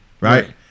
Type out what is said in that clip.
right